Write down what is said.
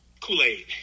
Kool-Aid